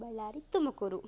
Ballari Tumakuru